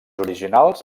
originals